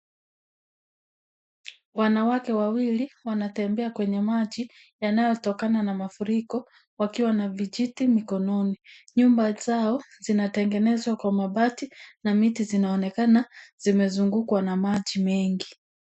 Wanawake wawili wanatembea kwenye maji yanayotokana na mafuriko, wakiwa na vijiti mikononi. Nyumba zao zinatengenezwa kwa mabati na miti zinaonekana zimezungukwa na maji mengi.